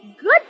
good